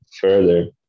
further